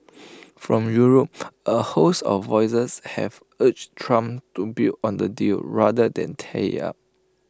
from Europe A host of voices have urged Trump to build on the deal rather than tear IT up